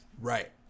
Right